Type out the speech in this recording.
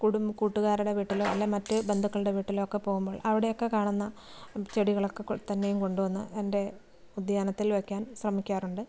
കുടുംബ കൂട്ടുകാരുടെ വീട്ടിലായാലും മറ്റ് ബന്ധുക്കളുടെ വീട്ടിലൊക്കെ പോകുമ്പോൾ അവിടെയൊക്കെ കാണുന്ന ചെടികളൊക്കെ തന്നെയും കൊണ്ടു വന്ന് എൻ്റെ ഉദ്യാനത്തിൽ വയ്ക്കാൻ ശ്രമിക്കാറുണ്ട്